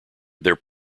their